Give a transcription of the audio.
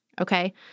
Okay